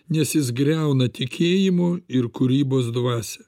nes jis griauna tikėjimo ir kūrybos dvasią